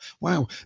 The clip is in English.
Wow